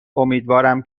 امیدوارم